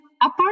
apart